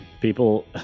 people